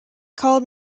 called